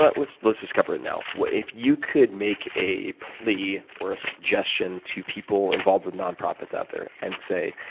but let's let's just cover it now. if you could make a plea or a suggestion to people involved with nonprofits out there and say,